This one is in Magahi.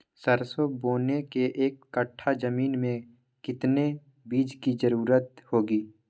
सरसो बोने के एक कट्ठा जमीन में कितने बीज की जरूरत होंगी?